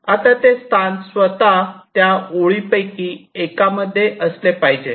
आता ते स्थान स्वतः त्या ओळीपैकी एकामध्ये असले पाहिजे